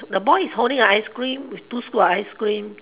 the boy is holding a ice cream with two scoop of ice cream